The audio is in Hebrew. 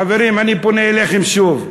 חברים, אני פונה אליכם שוב.